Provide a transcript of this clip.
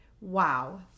Wow